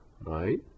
right